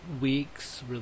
week's